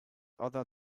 other